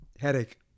Headache